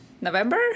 november